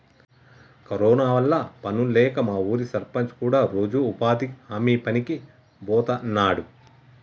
corona వల్ల పనుల్లేక మా ఊరి సర్పంచ్ కూడా రోజూ ఉపాధి హామీ పనికి బోతన్నాడు